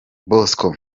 bosco